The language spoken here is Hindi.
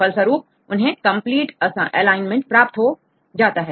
फल स्वरूप उन्हें कंप्लीट एलाइनमेंट प्राप्त हो जाता है